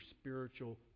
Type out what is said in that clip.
spiritual